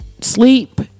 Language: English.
sleep